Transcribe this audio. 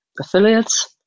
affiliates